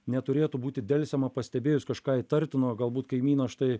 neturėtų būti delsiama pastebėjus kažką įtartino galbūt kaimynas štai